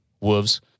Wolves